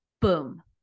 boom